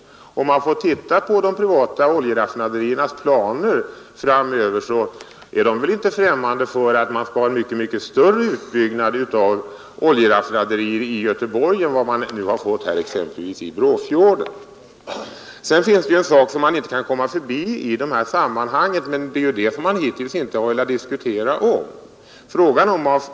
Om man tittar på de privata oljeraffinaderiernas planer framöver finner man att dessa inte står främmande för att göra mycket större utbyggnader av oljeraffinaderier i Göteborg än vad man har fått i exempelvis Brofjorden. En sak kan man inte komma förbi i detta sammanhang, men den har man givetvis inte velat diskutera.